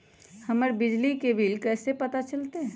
हमर बिजली के बिल कैसे पता चलतै?